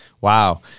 Wow